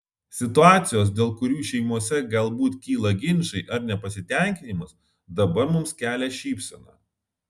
situacijos dėl kurių šeimose galbūt kyla ginčai ar nepasitenkinimas dabar mums kelia šypseną